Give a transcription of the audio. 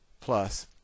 plus